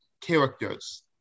characters